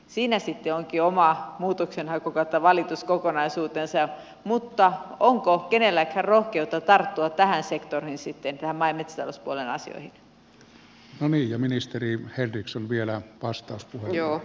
siinä onkin oma muutoksenhaku ja valituskokonaisuutensa mutta onko kenelläkään rohkeutta tarttua tähän sektoriin maa ja metsätalouspuolen asioihin